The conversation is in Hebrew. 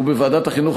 ובוועדת החינוך,